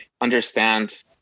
understand